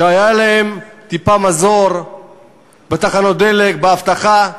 שהייתה להם טיפה מזור בתחנות דלק, באבטחה.